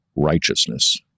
righteousness